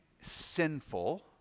sinful